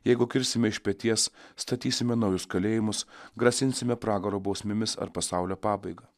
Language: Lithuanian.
jeigu kirsime iš peties statysime naujus kalėjimus grasinsime pragaro bausmėmis ar pasaulio pabaiga